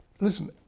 Listen